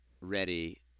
ready